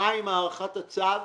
עם הארכת הצו